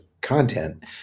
content